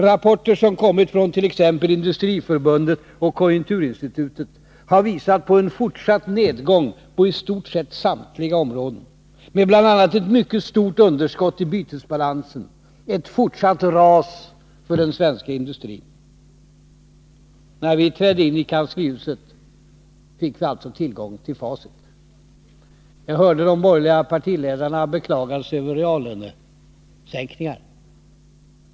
Rapporter som har kommit från t.ex. Industriförbundet och Konjunkturinstitutet har visat på en fortsatt nedgång på i stort sett samtliga områden med bl.a. ett mycket stort underskott i bytesbalansen, ett fortsatt ras för den svenska industrin. När vi trädde in i kanslihuset fick vi alltså tillgång till facit. Jag hörde de borgerliga partiledarna beklaga sig över reallönesänkningar.